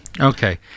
okay